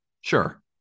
Sure